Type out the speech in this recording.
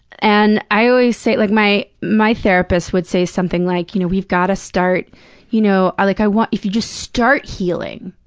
and i always say like, my my therapist would say something like, you know we've gotta start you know ah like, i want if you just start healing,